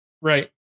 Right